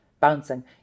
bouncing